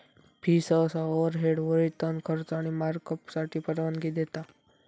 fee सहसा overhead, वेतन, खर्च आणि मार्कअपसाठी परवानगी देता